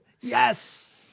Yes